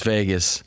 Vegas